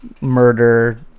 murder